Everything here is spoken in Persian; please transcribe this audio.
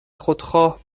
خودخواه